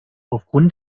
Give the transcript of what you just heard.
aufgrund